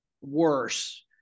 worse